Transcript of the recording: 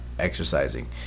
exercising